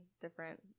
different